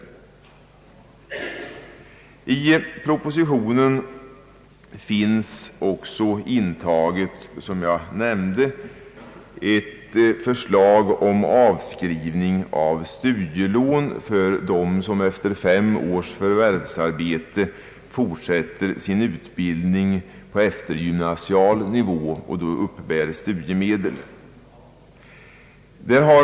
Som jag nämnde finns i propositionen också ett förslag om avskrivning av studielån för dem som efter fem års förvärvsarbete fortsätter sin utbildning på eftergymnasial nivå och då uppbär studiemedel.